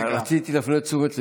רציתי להפנות את תשומת ליבך,